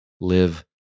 live